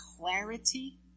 clarity